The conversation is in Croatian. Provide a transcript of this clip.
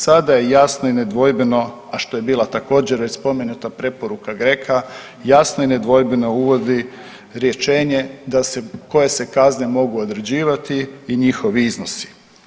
Sada je jasno i nedvojbeno, a što je bila također već spomenuta preporuka GRECO-a jasno i nedvojbeno uvodi rješenje koje se kazne mogu određivati i njihovi iznosi.